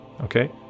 Okay